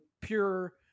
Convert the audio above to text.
pure